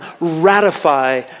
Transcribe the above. ratify